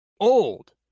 old